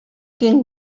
quin